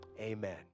Amen